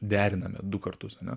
deriname du kartus ane